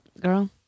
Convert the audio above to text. Girl